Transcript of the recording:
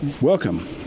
Welcome